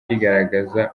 rigaragaza